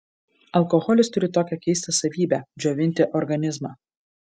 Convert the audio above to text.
alkoholis turi tokią keistą savybę džiovinti organizmą